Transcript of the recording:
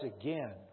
again